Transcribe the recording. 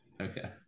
Okay